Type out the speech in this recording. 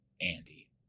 Andy